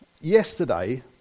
Yesterday